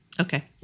Okay